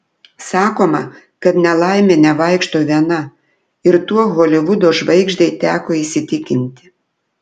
sakoma kad nelaimė nevaikšto viena ir tuo holivudo žvaigždei teko įsitikinti